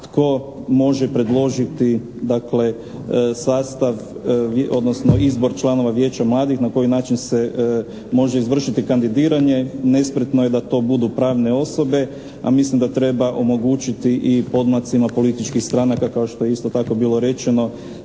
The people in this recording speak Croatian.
tko može predložiti sastav odnosno izbor članova vijeća mladih, na koji način se može izvršiti kandidiranje. Nespretno je da to budu pravne osobe a mislim da treba omogućiti i podmlacima političkih stranaka kao što je isto tako bilo rečeno